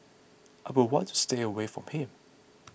I would want to stay away from him